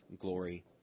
glory